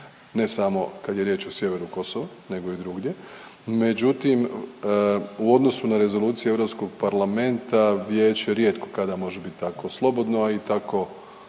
ne samo kad je riječ o sjeveru Kosova nego i drugdje, međutim u odnosu na rezolucije Europskog parlamenta Vijeće rijetko kada može biti tako slobodno i tako